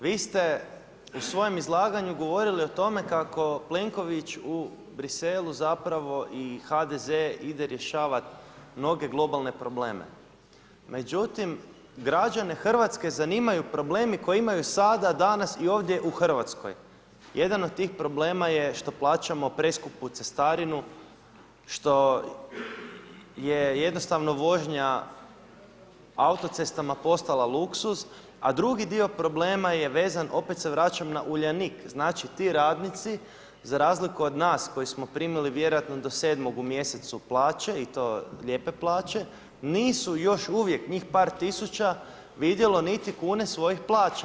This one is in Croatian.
Vi ste u svom izlaganju govorili o tome kako Plenković u Bruxellesu i HDZ ide rješavat mnoge globalne probleme, međutim građane Hrvatske zanimaju problemi koji imaju sada, danas i ovdje u Hrvatskoj. jedan od tih problema je što plaćamo preskupu cestarinu, što je vožnja autocestama postala luksuz, a drugi dio problema je vezan opet se vraćam na Uljanik, znači ti radnici za razliku od nas koji smo primili vjerojatno do 7. u mjesecu plaće i to lijepe plaće, nisu još uvijek njih par tisuća vidjelo niti kune svojih plaća.